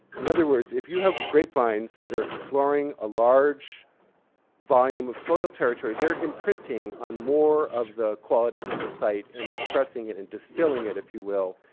in other words, if you have grape vines that are exploring a large volume of soil territory, they're imprinting on more of the qualities of the site and expressing it and distilling it, if you will,